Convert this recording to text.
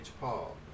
Paul